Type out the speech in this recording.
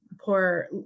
poor